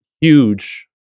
huge